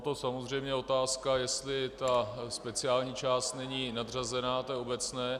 Je to samozřejmě otázka, jestli ta speciální část není nadřazená té obecné.